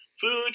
food